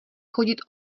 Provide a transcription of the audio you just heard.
chodit